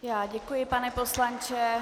Já děkuji, pane poslanče.